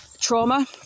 trauma